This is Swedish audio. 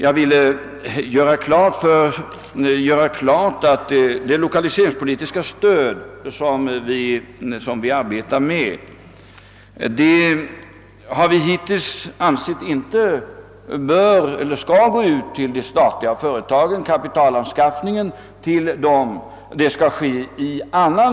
Jag ville göra klart att det 1okaliseringspolitiska stöd som vi arbetar med, det har vi hittills ansett inte böra eller skola gå ut till de statliga företagen; deras kapitalanskaffning skali ske i annan ordning.